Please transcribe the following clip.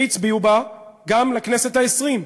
והצביעו בה גם לכנסת העשרים,